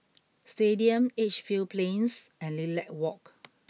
Stadium Edgefield Plains and Lilac Walk